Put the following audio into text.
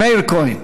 מאיר כהן.